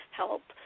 help